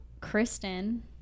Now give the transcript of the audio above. Kristen